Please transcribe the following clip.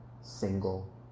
single